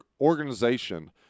organization